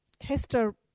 Hester